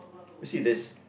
you see there's